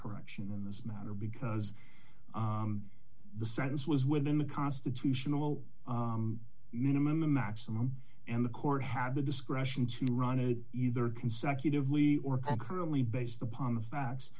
correction in this matter because the sentence was within the constitutional minimum a maximum and the court had the discretion to run it either consecutively or concurrently based upon the facts